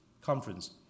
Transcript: conference